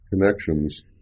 connections